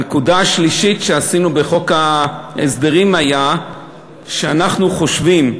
הנקודה השלישית שעשינו בחוק ההסדרים הייתה שאנחנו חושבים,